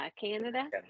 Canada